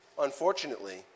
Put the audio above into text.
Unfortunately